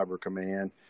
Command